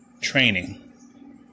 training